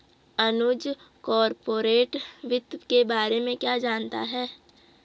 अनुज corporate वित्त के बारे में क्या जानता है?